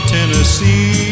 Tennessee